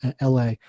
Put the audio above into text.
LA